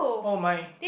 oh my